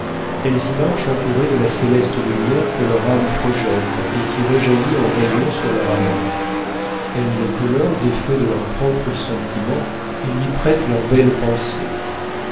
elles y marchent entourées de la céleste lumière que leur âme projette et qui rejaillit en rayons sur leur amant elles le colorent des feux de leur propre sentiment et lui prêtent leurs belles pensées